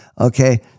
Okay